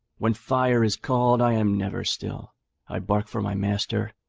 when fire is called i am never still i bark for my master,